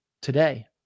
today